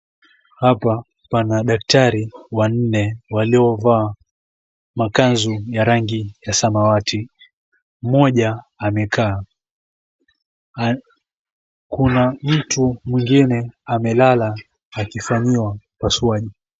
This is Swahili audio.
Hapa pana daktari wanne waliovaa makanzu ya rangi ya samawati. Moja amekaa. Kuna mtu mwingine amelala akifanyiwa upasuaji.